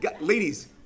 ladies